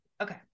Okay